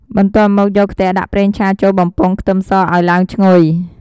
បន្ទាប់មកយកខ្ទះដាក់ប្រេងឆាចូលបំពងខ្ទឹមសឱ្យឡើងឈ្ងុយ។